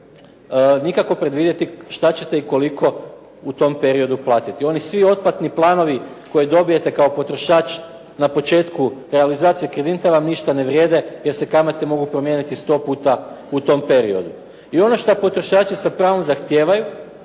nikako predvidjeti šta ćete i koliko u tom periodu platiti. Oni svi otplatni planovi koje dobijete kao potrošač na početku realizacije kredita vam ništa ne vrijede, jer se kamate mogu promijeniti sto puta u tom periodu. I ono što potrošači sa pravom zahtijevaju,